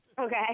Okay